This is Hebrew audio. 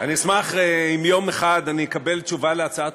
אשמח אם יום אחד אקבל תשובה על הצעת